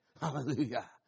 Hallelujah